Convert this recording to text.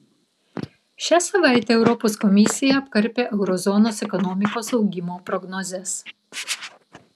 šią savaitę europos komisija apkarpė euro zonos ekonomikos augimo prognozes